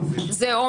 זה אומר, כמה צפיות.